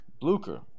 Blucher